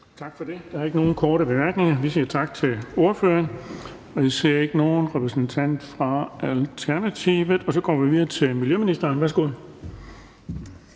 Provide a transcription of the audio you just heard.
Tak for det. Der er ikke nogen korte bemærkninger, så vi siger tak til ordføreren. Jeg ser ikke nogen repræsentant fra Alternativet, så vi går videre til miljøministeren. Værsgo.